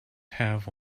have